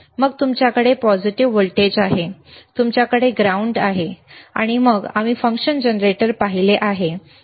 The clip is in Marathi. मग तुमच्याकडे पॉझिटिव्ह व्होल्टेज आहे तुमच्याकडे ग्राउंड आहे आणि मग आम्ही फंक्शन जनरेटर पाहिले आहे जे येथे आहे